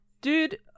Dude